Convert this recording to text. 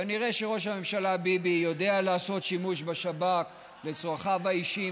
כנראה ראש הממשלה ביבי יודע לעשות שימוש בשב"כ לצרכיו האישיים,